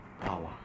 Power